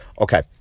Okay